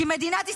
כי מדינת ישראל,